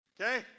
Okay